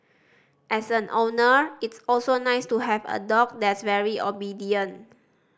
as an owner it's also nice to have a dog that's very obedient